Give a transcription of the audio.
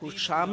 הוא שם,